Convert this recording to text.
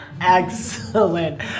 Excellent